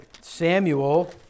Samuel